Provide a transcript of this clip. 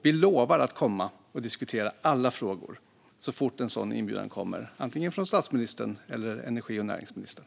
Vi lovar att komma och diskutera alla frågor så fort en inbjudan kommer, antingen från statsministern eller från energi och näringsministern.